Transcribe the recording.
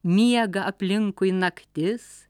miega aplinkui naktis